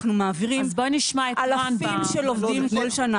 אנחנו מעבירים אלפים של עובדים כל שנה